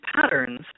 patterns